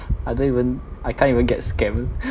I don't even I can't even get scammed